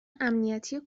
امنیتی